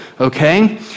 okay